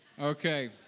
Okay